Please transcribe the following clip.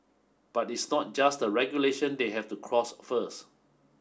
but it's not just the regulation they have to cross first